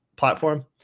platform